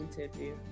interview